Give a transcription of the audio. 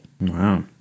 Wow